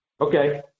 Okay